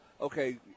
okay